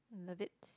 love it